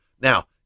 Now